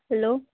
hello